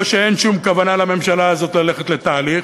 או שאין שום כוונה לממשלה הזאת ללכת לתהליך,